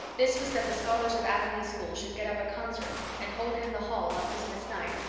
this was that the scholars of avonlea school should get up a concert and hold it in the hall on christmas night,